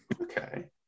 Okay